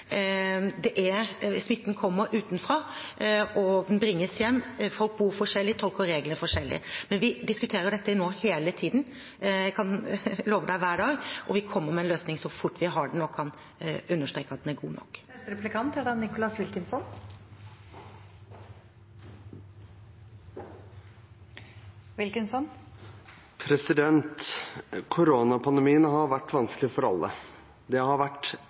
Smitten kommer utenfra, og den bringes hjem. Folk bor forskjellig og tolker reglene forskjellig. Men vi diskuterer dette nå hele tiden – jeg kan love representanten, hver dag – og vi kommer med en løsning så fort vi har den og kan understreke at den er god nok. Koronapandemien har vært vanskelig for alle. Den har vært enda vanskeligere for